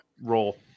roll